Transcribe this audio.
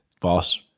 Boss